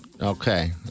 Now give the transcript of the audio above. Okay